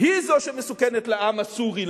היא זו שמסוכנת לעם הסורי,